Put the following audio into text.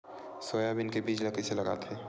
Soybean के बीज ल कइसे लगाथे?